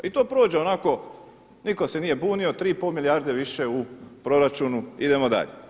I to prođe onako nitko se nije bunio, 3,5 milijarde više u proračunu idemo dalje.